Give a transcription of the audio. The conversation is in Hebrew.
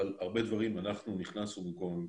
אבל הרבה דברים אנחנו נכנסנו במקום הממשלה.